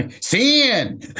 Sin